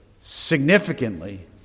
significantly